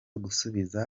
gusubiza